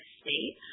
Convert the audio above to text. state